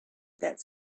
that